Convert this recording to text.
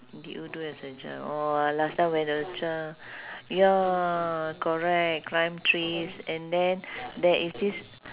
did you do as a child oh last time when I was a child ya correct climb trees and then there is this